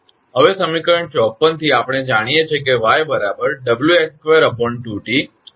હવે સમીકરણ 54 થી આપણે જાણીએ છીએ કે 𝑦 𝑊𝑥2 2𝑇 આ આપણે જાણીએ છીએ